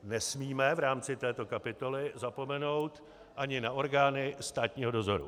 Nesmíme v rámci této kapitoly zapomenout ani na orgány státního dozoru.